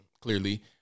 clearly